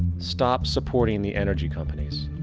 stop supporting the energy companies.